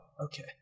okay